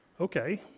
Okay